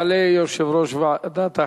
יעלה יושב-ראש ועדת החינוך,